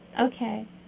Okay